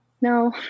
No